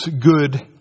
Good